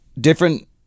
Different